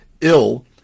ill